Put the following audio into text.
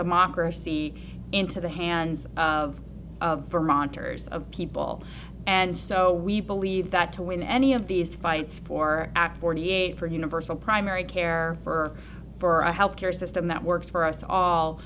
them ocracy into the hands of of vermonters of people and so we believe that to win any of these fights for ak forty eight for universal primary care for for a health care system that works for us all